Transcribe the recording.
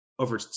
over